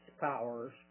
powers